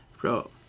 bro